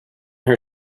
her